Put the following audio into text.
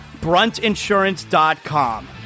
Bruntinsurance.com